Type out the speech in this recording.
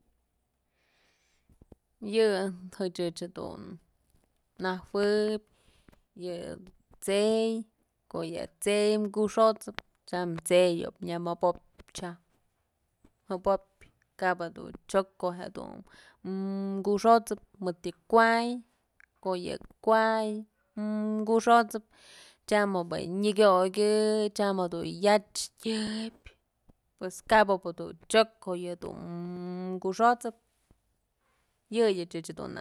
Yë ëch dun najuëb yë t'sey ko'o yë t'sey kuxot'sëp tyam t'sey ob nyamëbob tyaj mobop kap jedun chyok ko'o jedun kuxot'sëp mëd yë kuay ko'o yë kuay kuxot'sëp tyam ob yë nyakyokyë tyam jadun yach tyëp pues kap ob dun chyok ko'o yëdun koxot'sëp yëyëch ëch dun na najueb.